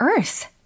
earth